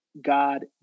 God